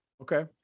Okay